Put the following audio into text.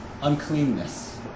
uncleanness